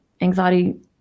anxiety